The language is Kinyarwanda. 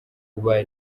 kuba